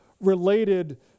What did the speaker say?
related